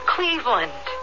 Cleveland